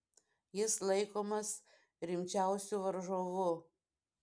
jis laikomas rimčiausiu varžovu